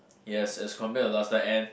yes as compare to last time and